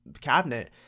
cabinet